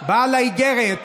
בעל האיגרת,